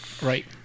Right